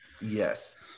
yes